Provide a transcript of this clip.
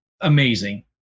amazing